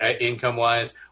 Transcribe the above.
income-wise